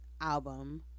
album